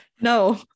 No